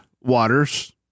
Waters